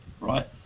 right